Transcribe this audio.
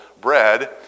bread